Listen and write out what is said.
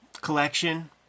collection